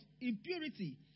impurity